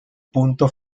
punto